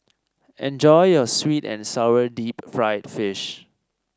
enjoy your sweet and sour Deep Fried Fish